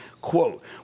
quote